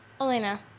Elena